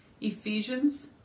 Ephesians